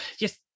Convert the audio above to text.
yes